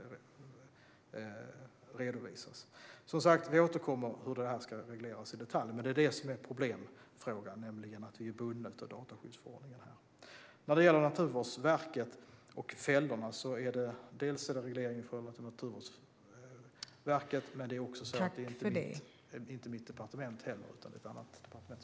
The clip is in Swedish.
Vi återkommer som sagt om hur detta ska regleras i detalj. Problemfrågan är dock att vi är bundna av dataskyddsförordningen. Vad gäller Naturvårdsverket och fällorna finns regleringen hos Naturvårdsverket. Dessutom ligger detta inte under mitt departement utan ett annat departement.